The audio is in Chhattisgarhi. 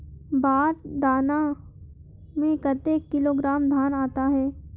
बार दाना में कतेक किलोग्राम धान आता हे?